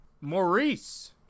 Maurice